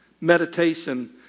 Meditation